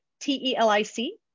t-e-l-i-c